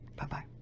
Bye-bye